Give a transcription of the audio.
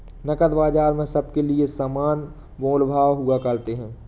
नकद बाजार में सबके लिये समान मोल भाव हुआ करते हैं